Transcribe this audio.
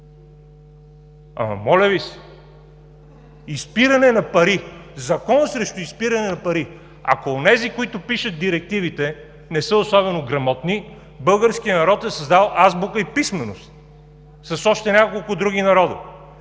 Ама, моля Ви се – изпиране на пари, Закон срещу изпиране на пари! Ако онези, които пишат директивите, не са особено грамотни, българският народ е създал азбука и писменост, с още няколко други народи.